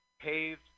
paved